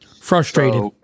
Frustrated